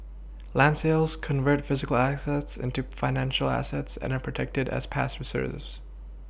land sales convert physical assets into financial assets and are protected as past Reserves